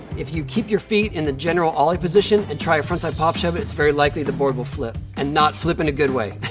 if you keep your feet in general ollie position and try a front-side pop shove-it, it's very likely the board will flip and not flip in a good way.